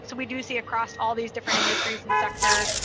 so we do see across all these different industries and sector,